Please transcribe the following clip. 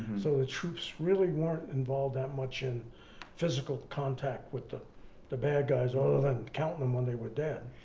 so the troops really weren't involved that much in physical contact with the the bad guys other than counting them when they were dead.